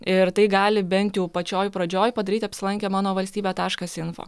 ir tai gali bent jau pačioj pradžioj padaryti apsilankę mano valstybė taškas info